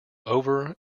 over